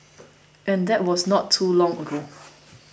and that was not too long ago